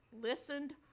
listened